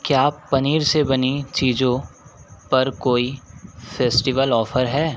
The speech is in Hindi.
क्या पनीर से बनी चीज़ों पर कोई फेस्टिवल ऑफर है